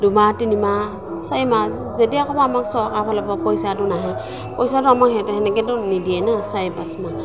দুমাহ তিনিমাহ চাৰিমাহ যেতিয়া ক'ব আমাক চৰকাৰৰ ফালৰ পৰা পইচাটো নাহে পইচাটো আমাক সেহেঁতে সেনেকেতো নিদিয়ে ন' চাৰি পাঁচমাহ